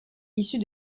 issue